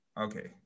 Okay